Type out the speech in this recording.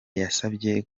yansabye